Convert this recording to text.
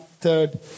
third